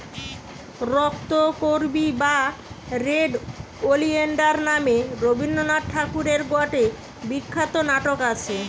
রক্তকরবী বা red oleander নামে রবীন্দ্রনাথ ঠাকুরের গটে বিখ্যাত নাটক আছে